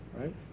Right